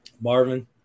Marvin